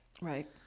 Right